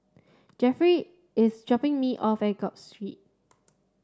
Jefferey is dropping me off at Gul Street